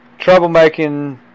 troublemaking